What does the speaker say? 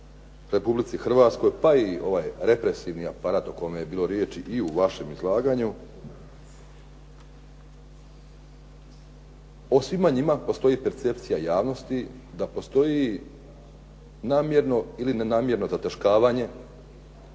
Republici Hrvatskoj pa i ovaj represivni aparat o kome je bilo riječi i u vašem izlaganju, o svima njima postoji percepcija javnosti da postoji namjerno ili nenamjerno zataškavanje